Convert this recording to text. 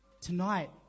Tonight